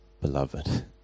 beloved